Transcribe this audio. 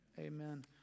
Amen